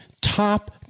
top